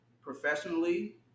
professionally